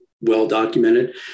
well-documented